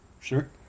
sure